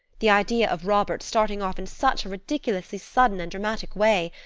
the idea of robert starting off in such a ridiculously sudden and dramatic way!